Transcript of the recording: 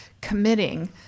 committing